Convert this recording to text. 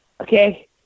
okay